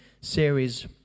series